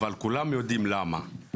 אבל כולם יודעים למה.